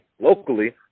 locally